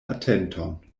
atenton